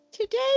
today